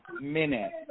minute